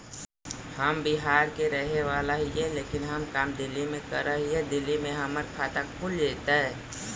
हम बिहार के रहेवाला हिय लेकिन हम काम दिल्ली में कर हिय, दिल्ली में हमर खाता खुल जैतै?